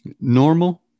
Normal